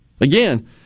again